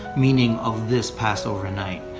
meaning of this passover night.